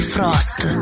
Frost